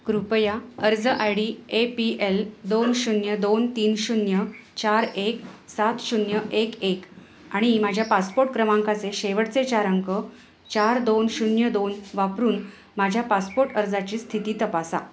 कृपया अर्ज I D A P L दोन शून्य दोन तीन शून्य चार एक सात शून्य एक एक आणि माझ्या पासपोर्ट क्रमांकाचे शेवटचे चार अंक चार दोन शून्य दोन वापरून माझ्या पासपोर्ट अर्जाची स्थिती तपासा